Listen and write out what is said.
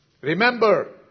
Remember